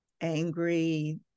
angry